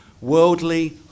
worldly